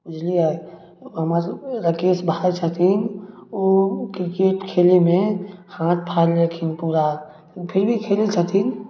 बुझलिए हमरा राकेश भाइ छथिन ओ किरकेट खेलैमे हाथ फाड़ि लेलखिन पूरा ओ फिर भी खेलै छथिन